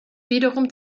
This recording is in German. wiederum